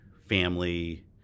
family